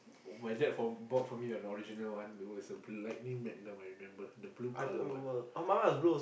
my dad for bought for me an original one it was a Lighting Magnum I remember the blue colour one